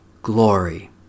glory